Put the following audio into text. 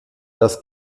das